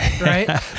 right